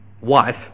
wife